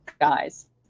guys